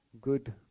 good